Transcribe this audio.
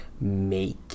make